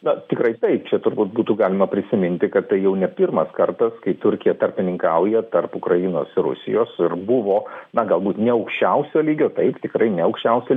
na tikrai taip čia turbūt būtų galima prisiminti kad tai jau ne pirmas kartas kai turkija tarpininkauja tarp ukrainos ir rusijos ir buvo na galbūt ne aukščiausio lygio taip tikrai ne aukščiausio